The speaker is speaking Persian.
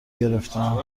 گرفتم